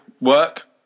work